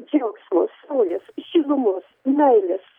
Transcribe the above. džiaugsmo saulės šilumos meilės